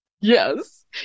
Yes